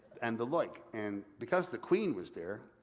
and the like. and because the queen was there,